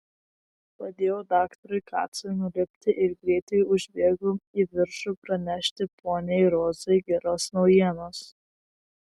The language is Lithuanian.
padėjau daktarui kacui nulipti ir greitai užbėgau į viršų pranešti poniai rozai geros naujienos